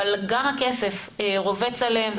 אבל גם הכסף רובץ עליהם.